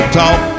talk